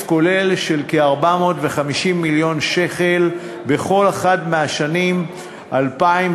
כולל של כ-450 מיליון שקל בכל אחת מהשנים 2014